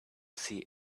see